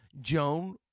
Joan